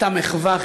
עשתה מחווה,